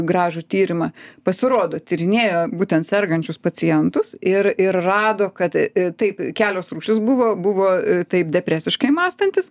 gražų tyrimą pasirodo tyrinėjo būtent sergančius pacientus ir ir rado kad taip kelios rūšys buvo buvo taip depresiškai mąstantys